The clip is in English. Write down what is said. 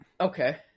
okay